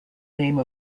name